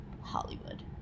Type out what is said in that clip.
Hollywood